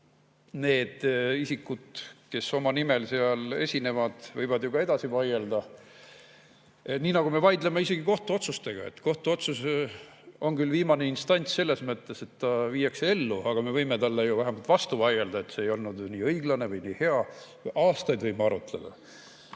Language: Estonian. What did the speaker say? Need isikud, kes oma nimel seal esinevad, võivad ju ka edasi vaielda. Me ju vaidleme isegi kohtuotsuste üle. Kohtuotsus on küll viimane instants selles mõttes, et see viiakse ellu, aga me võime ikkagi vastu vaielda, et see ei olnud õiglane või hea. Aastaid võib arutleda.